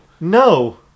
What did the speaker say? no